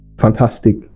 Fantastic